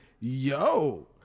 yo